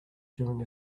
during